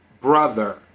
brother